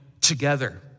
together